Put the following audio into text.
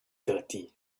dirty